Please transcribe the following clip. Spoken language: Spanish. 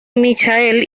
michael